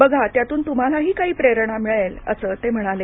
बघा त्यातून तुम्हालाही काही प्रेरणा मिळेल असं ते म्हणाले